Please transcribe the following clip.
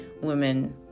women